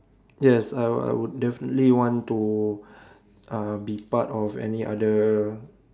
yes I'll I would definitely want to uh be part of any other